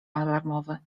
alarmowy